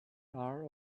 are